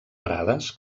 prades